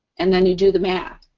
and then you do the math.